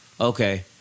Okay